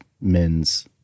men's